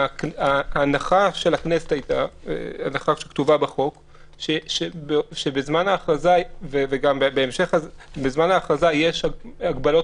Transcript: ההנחה של הכנסת הייתה שבזמן ההכרזה יש הגבלות